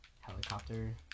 helicopter